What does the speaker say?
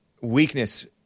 Weakness